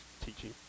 teaching